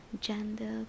gender